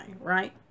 right